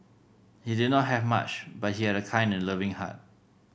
he did not have much but he had a kind and loving heart